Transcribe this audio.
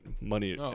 money